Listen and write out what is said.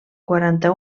quaranta